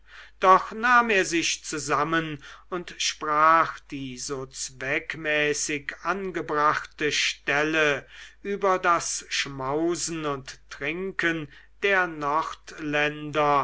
doch nahm er sich zusammen und sprach die so zweckmäßig angebrachte stelle über das schmausen und trinken der